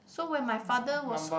so when my father was